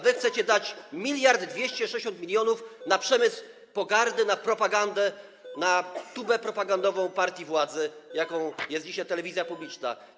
Wy chcecie dać 1260 mln na przemysł pogardy, na propagandę, na tubę propagandową partii władzy, jaką jest dzisiaj telewizja publiczna.